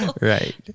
right